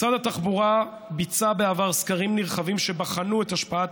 משרד התחבורה ביצע בעבר סקרים נרחבים שבחנו את השפעת